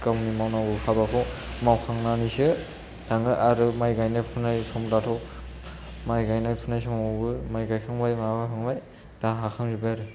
गावनि मावनांगौ हाबाखौ मावखांनानैसो आङो आरो माइ गायनाय फुनाय सम दाथ' माइ गायनाय फुनाय समावबो माइ गायखांबाय माबाखांबाय दा हाखांजोबबाय आरो